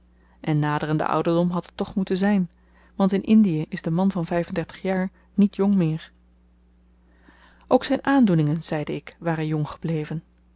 en naderende ouderdom had het toch moeten zyn want in indiën is de man van vyfendertig jaar niet jong meer ook zyn aandoeningen zeide ik waren jong gebleven